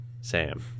Sam